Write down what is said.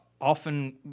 often